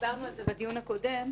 ודיברנו על זה בדיון הקודם,